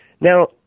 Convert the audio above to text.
Now